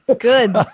Good